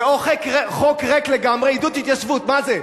זה או חוק ריק לגמרי, עידוד התיישבות, מה זה?